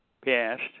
passed